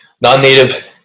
Non-native